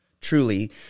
truly